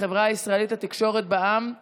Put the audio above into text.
החברה הישראלית לתקשורת בע"מ בחברת,